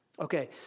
Okay